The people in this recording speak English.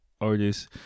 artists